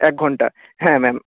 এক ঘণ্টা হ্যাঁ ম্যাম